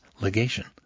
legation